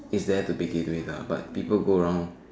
there to begin with ah but people go around